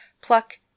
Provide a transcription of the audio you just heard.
pluck